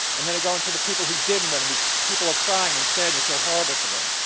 and then they go into the people who didn't win, and these people are crying and sad and you feel horrible for them